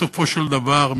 בסופו של דבר,